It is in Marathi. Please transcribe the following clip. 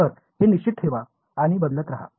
तर हे निश्चित ठेवा आणि बदलत रहा